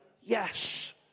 yes